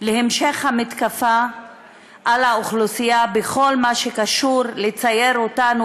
על המשך המתקפה על האוכלוסייה בכל מה שקשור ללצייר אותנו